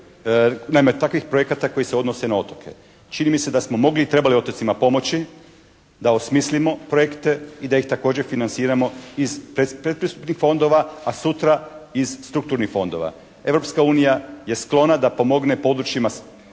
naime, takvih projekata koji se odnose na otoke. Čini mi se da smo mogli i trebali otocima pomoći, da osmislimo projekte i da ih također financiramo iz pretpristupnih fondova a sutra iz strukturnih fondova. Europska unije je sklona da pomogne područjima